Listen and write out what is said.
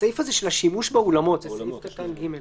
הסעיף הזה של השימוש באולמות, זה סעיף קטן (ג).